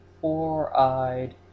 Four-Eyed